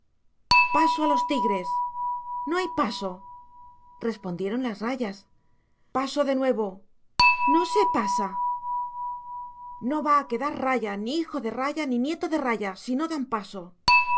paso a los tigres no hay paso respondieron las rayas paso de nuevo no se pasa no va a quedar raya ni hijo de raya ni nieto de raya si no dan paso